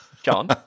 John